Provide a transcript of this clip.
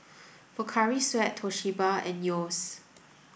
Pocari Sweat Toshiba and Yeo's